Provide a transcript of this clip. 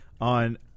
on